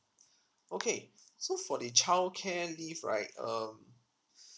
okay so for the childcare leave right um